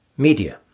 Media